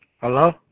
Hello